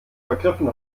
vergriffen